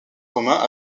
communs